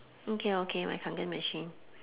okay okay my kangen machine